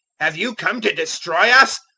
have you come to destroy us?